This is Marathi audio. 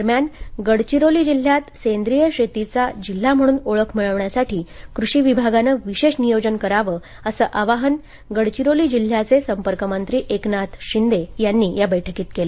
दरम्यान गडचिरोली जिल्ह्याला सेंद्रीय शेतीचा जिल्हा म्हणून ओळख मिळण्यासाठी कृषी विभागानं विशेष नियोजन करावं असं आवाहन गडचिरोली जिल्ह्याचे संपर्कमंत्री एकनाथ शिंदे यांनी या बैठकीत केलं